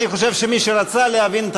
אני חושב שמי שרצה להבין את